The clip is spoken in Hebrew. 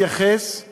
אני מתייחס לאנשים